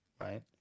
right